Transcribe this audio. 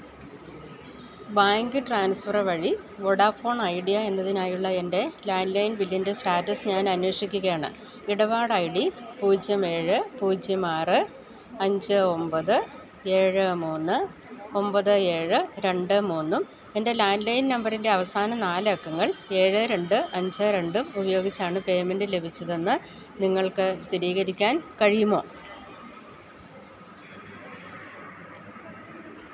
bank transfer വഴി Vodafone Idea എന്നതിനായുള്ള എൻ്റെ ലാൻലൈൻ ബില്ലിൻറ്റെ സ്റ്റാറ്റസ് ഞാൻ അന്വേഷിക്കുകയാണ് ഇടപാട് ഐ ഡി പൂജ്യം ഏഴ് പൂജ്യം ആറ് അഞ്ച് ഒമ്പത് ഏഴ് മൂന്ന് ഒമ്പത് ഏഴ് രണ്ട് മൂന്നും എൻ്റെ ലാൻലൈൻ നമ്പരിൻ്റെ അവസാന നാലക്കങ്ങൾ ഏഴ് രണ്ട് അഞ്ച് രണ്ടും ഉപയോഗിച്ചാണ് പേമെൻറ്റ് ലഭിച്ചതെന്ന് നിങ്ങൾക്ക് സ്ഥിരീകരിക്കാൻ കഴിയുമോ